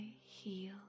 heal